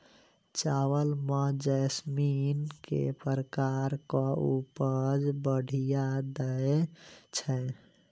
चावल म जैसमिन केँ प्रकार कऽ उपज बढ़िया दैय छै?